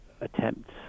attempts